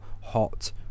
hot